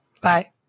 Bye